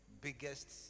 biggest